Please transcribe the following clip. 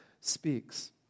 speaks